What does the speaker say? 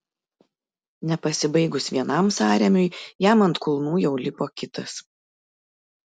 nepasibaigus vienam sąrėmiui jam ant kulnų jau lipo kitas